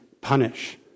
punish